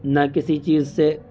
نہ کسی چیز سے